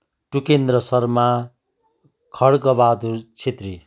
Tukendra Sharma Khadga Bahadur Chhetri